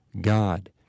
God